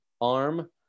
arm